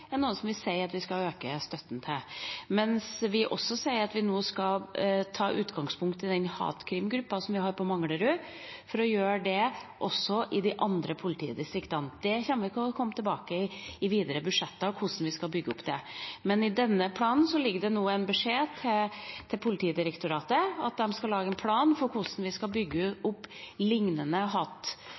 departementene. Noe av det, f.eks. «Stopp hatprat»-kampanjen, vil noen si at vi skal øke støtten til, mens vi også sier at vi nå skal ta utgangspunkt i hatkrimgruppa som vi har på Manglerud, for å få det også i de andre politidistriktene. Vi kommer tilbake til i de videre budsjettene hvordan vi skal bygge det opp, men i planen ligger det nå en beskjed til Politidirektoratet om at de skal lage en plan for hvordan vi skal bygge opp lignende